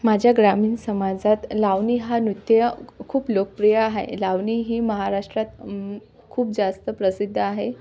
माझ्या ग्रामीण समाजात लावणी हा नृत्य खूप लोकप्रिय आहे लावणी ही महाराष्ट्रात खूप जास्त प्रसिद्ध आहे